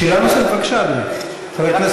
שאלה נוספת, בבקשה, אדוני.